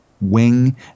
Wing